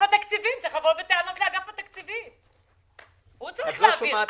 צריך לבוא בטענות לאגף התקציבים, הוא צריך להעביר.